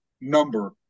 number